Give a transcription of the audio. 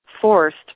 forced